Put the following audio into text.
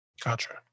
Gotcha